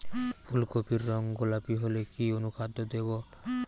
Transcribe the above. ফুল কপির রং গোলাপী হলে কি অনুখাদ্য দেবো?